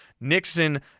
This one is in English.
Nixon